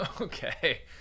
Okay